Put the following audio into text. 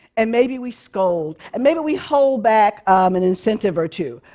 and maybe we scold, and maybe we hold back an incentive or two.